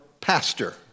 pastor